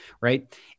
Right